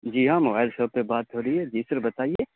جی ہاں mobile shop سے بات ہو رہی ہے جی سر بتائیے